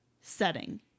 setting